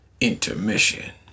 Intermission